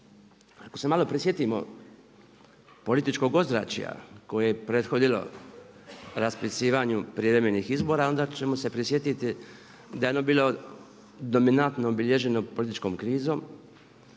Ako se malo prisjetimo političkog ozračja koje je prethodilo raspisivanju prijevremenih izbora onda ćemo se prisjetiti da je ono bilo dominantno obilježeno političkom krizom,